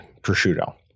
prosciutto